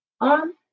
on